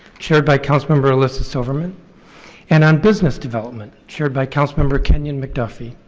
chaired by councilmember elissa silverman and on business development, chaired by councilmember kenyan mcduffie.